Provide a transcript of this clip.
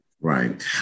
Right